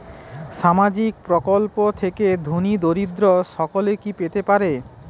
সামাজিক প্রকল্প থেকে ধনী দরিদ্র সকলে কি পেতে পারে?